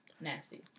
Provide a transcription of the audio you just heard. Nasty